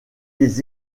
des